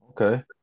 Okay